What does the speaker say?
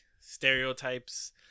stereotypes